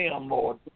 Lord